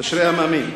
אשרי המאמין.